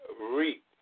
reap